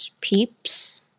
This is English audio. peeps